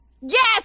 Yes